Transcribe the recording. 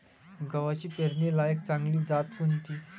गव्हाची पेरनीलायक चांगली जात कोनची?